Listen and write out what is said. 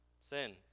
Sin